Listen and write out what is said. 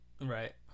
Right